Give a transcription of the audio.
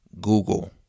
Google